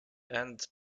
and